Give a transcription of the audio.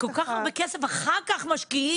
וזה כל כך הרבה כסף שאחר כך משקיעים,